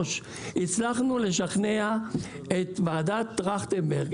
הצלחנו לשכנע את ועדת טרכטנברג,